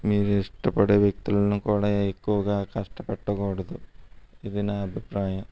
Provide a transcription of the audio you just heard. మీరు ఇష్టపడే వ్యక్తులను కూడా ఎక్కువగా కష్టపెట్టకూడదు ఇది నా అభిప్రాయం